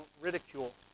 ridicule